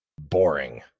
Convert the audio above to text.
boring